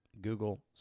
Google